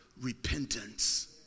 repentance